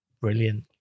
Brilliant